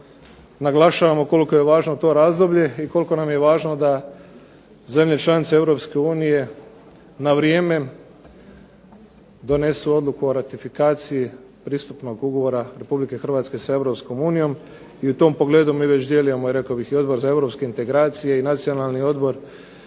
naglašavamo koliko je važno to razdoblje i koliko nam je važno da zemlje članice Europske unije na vrijeme donesu odluku o ratifikaciji Pristupnog ugovora Republike Hrvatske sa Europskom unijom i u tom pogledu mi već djelujemo i rekao bih i Odbor za europske integracije i Nacionalni odbor